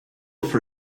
for